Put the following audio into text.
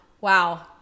Wow